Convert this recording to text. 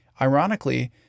Ironically